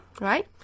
right